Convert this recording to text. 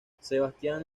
sebastián